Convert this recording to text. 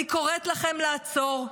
אני קוראת לכם לעצור.